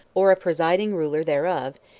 or a presiding ruler thereof,